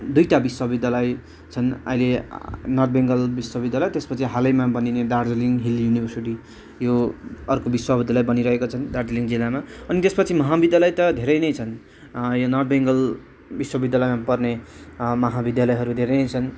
दुइटा विश्वविद्यालय छन् अहिले नर्थ बेङ्गाल विश्वविद्यालय त्यसपछि हालैमा बनिने दार्जिलिङ हिल युनिभर्सिटी यो अर्को विश्वविद्यालय बनिरहेको छन् दार्जिलिङ जिल्लामा अनि त्यसपछि महाविद्यालय त धेरै नै छन् यो नर्थ बेङ्गल विश्वविद्यालयमा पर्ने महाविद्यालयहरू धेरै नै छन्